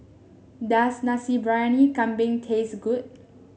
does Nasi Briyani Kambing taste good